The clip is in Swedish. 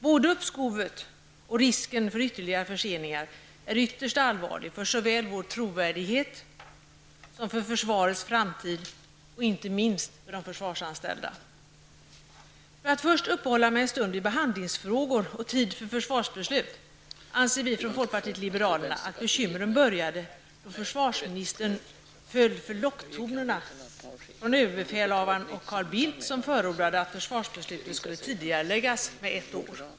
Både uppskovet och risken för ytterligare förseningar är ytterst allvarliga såväl för vår trovärdighet som för försvarets framtid, och inte minst för de försvarsanställda. För att först uppehålla mig en stund vid behandlingsfrågor och tid för försvarsbeslut vill jag säga att vi, i folkpartiet liberalerna, anser att bekymren började då försvarsministern föll för locktonerna från överbefälhavaren och Carl Bildt, som ju förordade att försvarsbeslutet skulle tidigareläggas ett år.